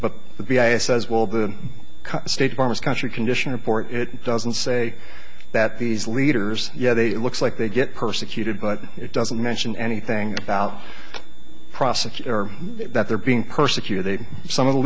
but the b i says well the state farmers country condition report it doesn't say that these leaders yet it looks like they get persecuted but it doesn't mention anything about prosecutor that they're being persecuted they some of the